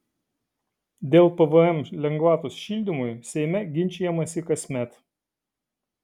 dėl pvm lengvatos šildymui seime ginčijamasi kasmet